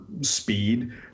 speed